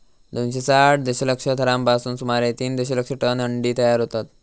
दोनशे साठ दशलक्ष थरांपासून सुमारे तीन दशलक्ष टन अंडी तयार होतत